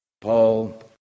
Paul